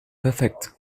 perfekt